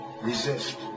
resist